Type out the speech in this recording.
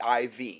iv